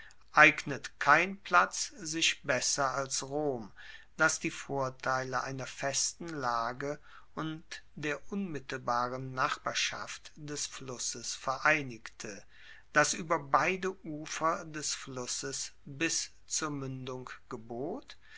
eignete kein platz sich besser als rom das die vorteile einer festen lage und der unmittelbaren nachbarschaft des flusses vereinigte das ueber beide ufer des flusses bis zur muendung gebot